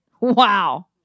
Wow